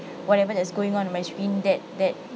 whatever that's going on in my screen that that